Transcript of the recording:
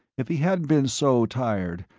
if he hadn't been so tired,